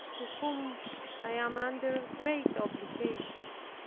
to whom i am under great obligations.